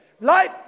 Life